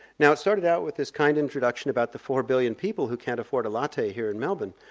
now, i started out with this kind introduction about the four billion people who can't afford a latte here in melbourne,